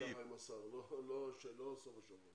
אז אני חייב היום לדבר עם השר, לא בסוף השבוע.